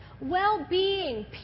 well-being